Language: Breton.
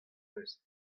eus